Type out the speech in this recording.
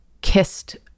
kissed